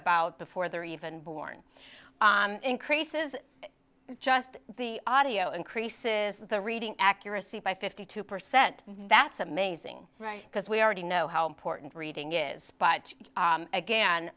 about before they're even born increases just the audio increases the reading accuracy by fifty two percent that's amazing right because we already know how important reading is